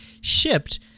shipped